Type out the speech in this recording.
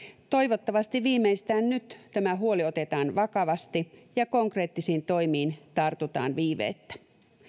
toivottavasti viimeistään nyt tämä huoli otetaan vakavasti ja konkreettisiin toimiin tartutaan viiveettä